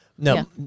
No